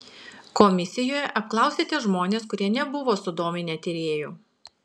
komisijoje apklausėte žmones kurie nebuvo sudominę tyrėjų